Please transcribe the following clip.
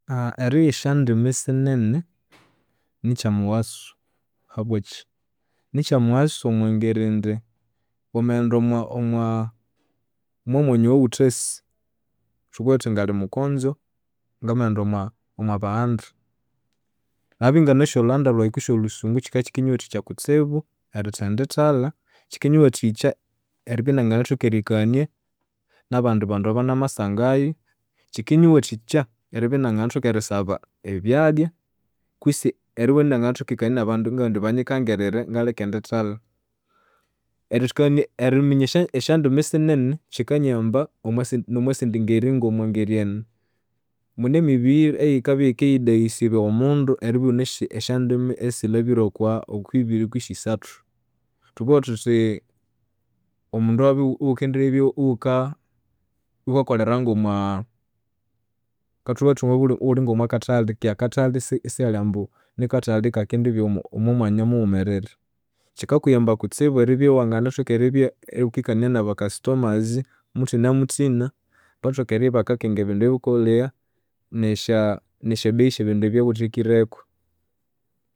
Erigha esyndimi sinene nikyamughasu, habwakyi? Nikyamughsu omwangeri indi wamaghenda omwa omwaa omomwanya owaghuthasi, thubughe thuthi ngali mukonzo ngamaghenda omwa omwabaghanda. Ngamabya inganasi olhughanda lhwayi kutse olhusungu kyikendinyiwathikya kutsibu erithendithalha, kyikinyiwathikya eribya inginathoka erikania nabandi bandu abanamasangayu, kyikinyiwathika eribya inanginathoka erisaba ebyalya, kwisi eribya inanginathoka erikania nabandu ingabugha indi banyikangirire ngalikendithalha. Erikania eriminya esyandimi sinene kyikanyiyamba omwasindingeri ngomwangeri enu; mune emibiri eyikendibya iyikiyidayisibwa omundu eribya ighunasi esyandimi esilhabire okwibiri kwisi isathu. Thubughe thuthi omundu amabya ighukendibya ighukakolera ngomwa kathubughe thuthi wamababya ighuli ngomwakathali keghe akathali isihali ambu nikathali kakendibya omomwanya mughumerere. Kyikakuyamba kutsibu eribya iwanginathoka erikania nabakasitomazi muthinamuthina bathoke eribya ibakakenga ebindu ebyaghukaghulhaya, nesyabei esye esyebindu ebyaghuthekireku.